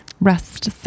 Rest